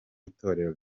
itorero